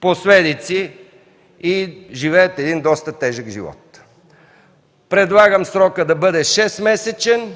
последици и живеят доста тежък живот. Предлагам срокът да бъде 6-месечен,